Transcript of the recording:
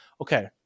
Okay